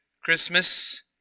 Christmas